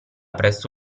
presso